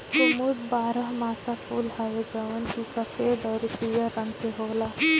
कुमुद बारहमासा फूल हवे जवन की सफ़ेद अउरी पियर रंग के होला